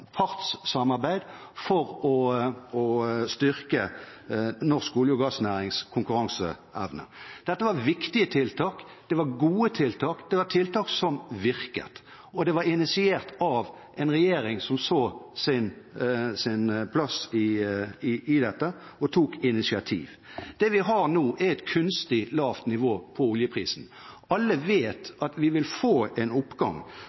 for å styrke norsk olje- og gassnærings konkurranseevne. Dette var viktige tiltak, det var gode tiltak, det var tiltak som virket, initiert av en regjering som så sin plass i dette og tok initiativ. Det vi har nå, er et kunstig lavt nivå i oljeprisen. Alle vet at vi vil få en oppgang,